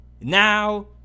now